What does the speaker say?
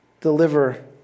deliver